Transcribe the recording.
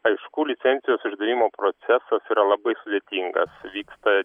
aišku licencijos išdavimo procesas yra labai sudėtingas vyksta